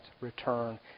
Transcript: return